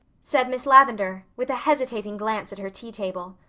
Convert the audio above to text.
said miss lavendar, with a hesitating glance at her tea table.